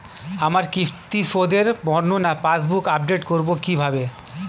আমার কিস্তি শোধে বর্ণনা পাসবুক আপডেট করব কিভাবে?